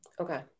Okay